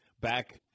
back –